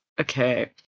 Okay